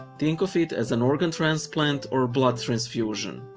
think of it as an organ transplant or blood transfusion.